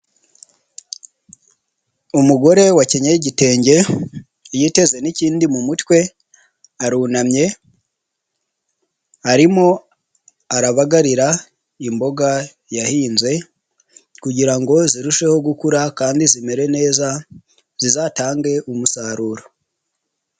Umugore wakenyeya igitenge yiteze n'ikindi mu mutwe arunamye arimo arabagarira imboga yahinze kugira ngo zirusheho gukura kandi zimere neza zizatange umusaruro.